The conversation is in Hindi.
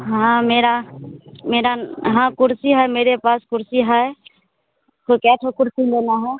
हाँ मेरा मेरा हाँ कुर्सी है मेरे पास कुर्सी है तो कई ठो कुर्सी लेनी है